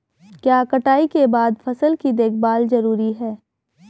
क्या कटाई के बाद फसल की देखभाल जरूरी है?